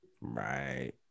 Right